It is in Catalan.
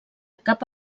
cap